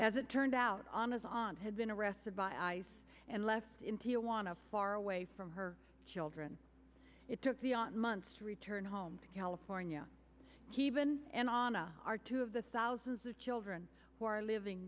as it turned out on his aunt had been arrested by ice and left in tijuana far away from her children it took months to return home to california he even and ana are two of the thousands of children who are living